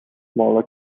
smaller